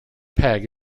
peg